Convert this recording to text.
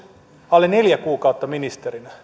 alle neljä kuukautta ministerinä